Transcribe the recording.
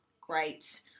great